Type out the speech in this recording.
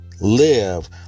live